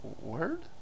word